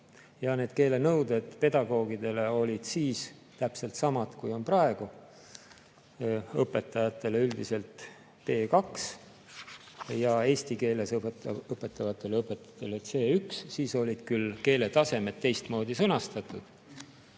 ja need keelenõuded pedagoogidele olid siis täpselt samad, kui on praegu: õpetajatele minimaalsena B2 ja eesti keeles õpetavatele õpetajatele C1. Siis olid küll keeletasemed teistmoodi sõnastatud,